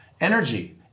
energy